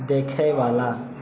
देखएवला